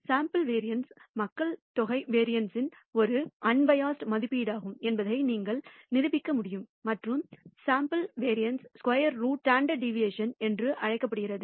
sample variance மக்கள் தொகை variance ன் ஒரு அன்பயாஸ்டு மதிப்பீடாகும் என்பதை மீண்டும் நீங்கள் நிரூபிக்க முடியும் மற்றும் sample variance square root standard deviation என்றும் அழைக்கப்படுகிறது